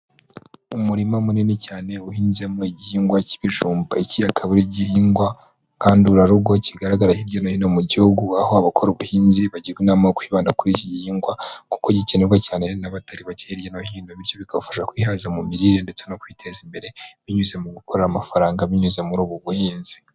Umurima munini cyane uhinzemo igihingwa cy'ibijumba, iki akaba igihingwa ngandurarugo kigaragara hirya no hino mu gihugu, aho abakora ubuhinzi bagirwa inama yo kwibanda kuri iki gihingwa, kuko gikenerwa cyane n'abatari bake hirya no hino, bityo bikabafasha kwihaza mu mirire, ndetse no kwiteza imbere binyuze mu gukorera amafaranga, binyuze muri ubu buhinzi.